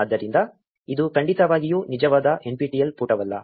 ಆದ್ದರಿಂದ ಇದು ಖಂಡಿತವಾಗಿಯೂ ನಿಜವಾದ nptel ಪುಟವಲ್ಲ